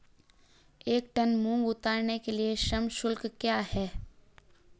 एक टन मूंग उतारने के लिए श्रम शुल्क क्या है?